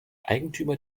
eigentümer